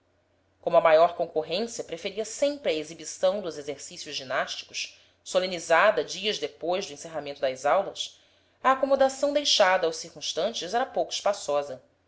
como a maior concorrência preferia sempre a exibição dos exercícios ginásticos solenizada dias depois do encerramento das aulas a acomodação deixada aos circunstantes era pouco espaçosa